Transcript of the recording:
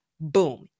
Boom